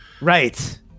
Right